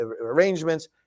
arrangements